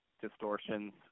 distortions